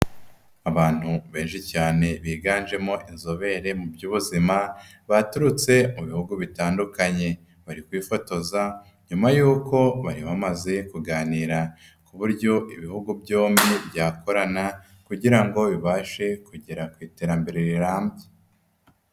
Abantu benshi cyane biganjemo inzobere mu by'ubuzima, baturutse mu bihugu bitandukanye, bari kwifotoza, nyuma y'uko bari bamaze kuganira ku buryo ibihugu byombi byakorana kugira ngo bibashe kugera ku iterambere rirambye.